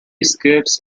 escapes